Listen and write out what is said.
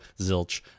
Zilch